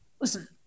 Listen